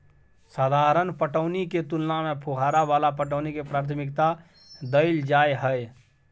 साधारण पटौनी के तुलना में फुहारा वाला पटौनी के प्राथमिकता दैल जाय हय